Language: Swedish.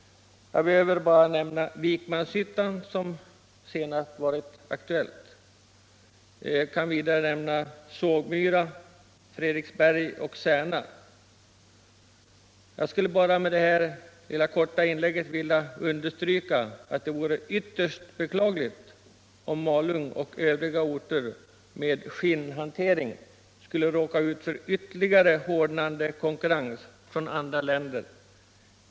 Jag kan erinra om Vikmanshyttan, som senast varit aktuell. Vidare kan nämnas Sågmyra, Fredriksberg och Särna. Med detta korta inlägg vill jag bara understryka att det vore ytterst beklagligt, om Malung och övriga orter med skinnhantering skulle råka ut för en ännu hårdare konkurrens från andra länder.